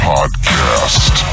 Podcast